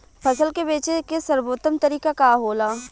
फसल के बेचे के सर्वोत्तम तरीका का होला?